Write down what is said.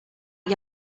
not